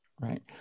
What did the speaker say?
right